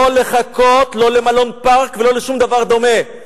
לא לחכות, לא למלון "פארק" ולא לשום דבר דומה.